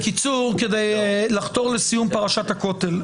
בקיצור, כדי לחתור לסיום פרשת הכותל,